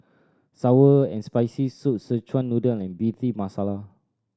sour and Spicy Soup Szechuan Noodle and Bhindi Masala